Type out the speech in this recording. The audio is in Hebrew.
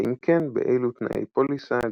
ואם כן – באילו תנאי פוליסה,